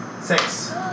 Six